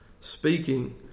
speaking